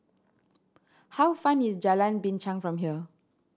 how fan is Jalan Binchang from here